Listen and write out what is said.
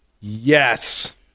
Yes